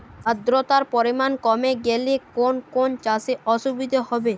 আদ্রতার পরিমাণ কমে গেলে কোন কোন চাষে অসুবিধে হবে?